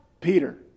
Peter